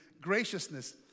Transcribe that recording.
Graciousness